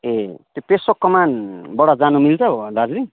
ए त्यो पेसोक कमानबाट जान मिल्छ दार्जिलिङ